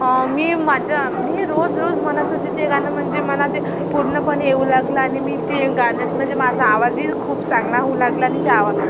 मी माझ्या मी रोज रोज म्हणत होती ते गाणं म्हणजे मला ते पूर्णपणे येऊ लागलं आणि मी ते गाणं म्हणजे माझा आवाजही खूप चांगला होऊ लागला आणि त्या आवा